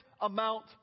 amount